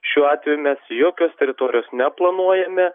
šiuo atveju mes jokios teritorijos neplanuojame